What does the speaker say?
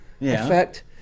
effect